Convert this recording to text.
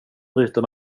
bryter